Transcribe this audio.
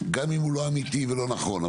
גם אם הוא לא אמיתי ולא נכון,